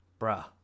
bruh